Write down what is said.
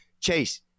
Chase